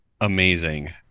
amazing